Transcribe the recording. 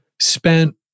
spent